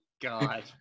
god